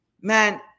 man